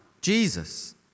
Jesus